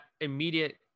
immediate